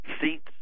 seats